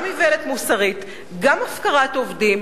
גם איוולת מוסרית, גם הפקרת עובדים,